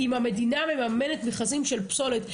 אם המדינה מממנת מכרזים של פסולת,